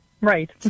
Right